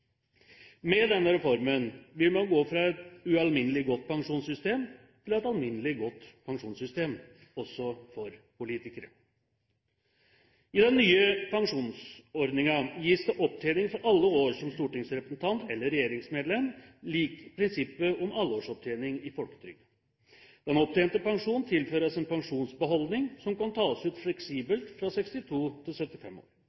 Med denne reformen vil man gå fra et ualminnelig godt pensjonssystem til et alminnelig godt pensjonssystem, også for politikere. I den nye pensjonsordningen gis det opptjening for alle år som stortingsrepresentant eller regjeringsmedlem lik prinsippet om alleårsopptjening i folketrygden. Den opptjente pensjonen tilføres en pensjonsbeholdning, som kan tas ut fleksibelt fra 62 til 75 år.